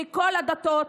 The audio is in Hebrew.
מכל הדתות,